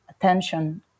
attention